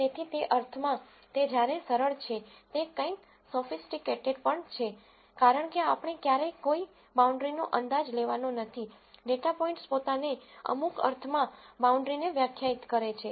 તેથી તે અર્થમાં તે જ્યારે તે સરળ છે તે કંઈક સોફીસટીકેટેડ પણ છે કારણ કે આપણે ક્યારેય કોઈ બાઉન્ડ્રી નો અંદાજ લેવાનો નથી ડેટા પોઇન્ટ્સ પોતાને અમુક અર્થમાં બાઉન્ડ્રી ને વ્યાખ્યાયિત કરે છે